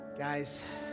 Guys